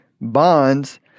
Bonds